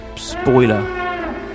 Spoiler